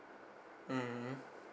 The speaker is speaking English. mmhmm